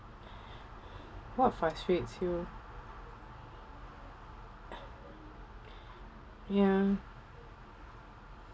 what frustrates you ya